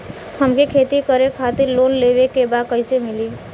हमके खेती करे खातिर लोन लेवे के बा कइसे मिली?